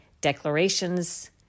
declarations